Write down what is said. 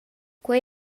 quei